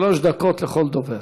שלוש דקות לכל דובר.